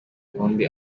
undi